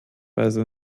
weise